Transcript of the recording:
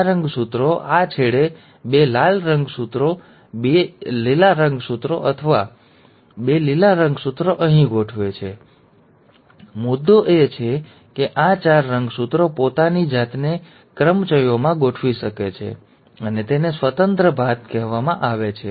આ રંગસૂત્રો આ છેડે બે લાલ રંગસૂત્રો આ છેડા પર બે લીલા રંગસૂત્રો અથવા આ લીલા રંગસૂત્રો અહીં ગોઠવે છે અને લાલ રંગસૂત્ર અહીં ગોઠવે છે જ્યારે આ રીતે જ રહે છે અથવા આ લીલો રંગસૂત્ર ઉપર જતો રહે છે અને પછી આ લાલ રંગસૂત્રો નીચે જતા હોય છે તેની ચાર જુદી જુદી રીતો છે અને પછી આ લાલ રંગસૂત્રો નીચે જતા હોય છે તેનાથી કોઈ ફરક પડતો નથી